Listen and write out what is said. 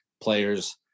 players